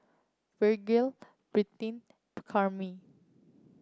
Virgle Brittny Camryn